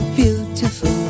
beautiful